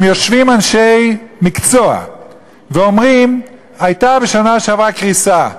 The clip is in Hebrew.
אם יושבים אנשי מקצוע ואומרים: הייתה בשנה שעברה קריסה,